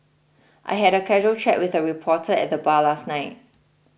I had a casual chat with a reporter at the bar last night